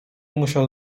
musiał